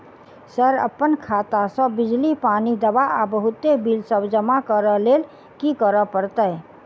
Sir अप्पन खाता सऽ बिजली, पानि, दवा आ बहुते बिल सब जमा करऽ लैल की करऽ परतै?